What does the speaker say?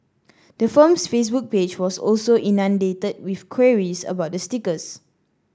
the firm's Facebook page was also inundated with queries about the stickers